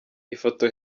ifoto